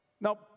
Now